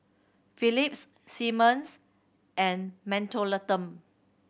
Phillips Simmons and Mentholatum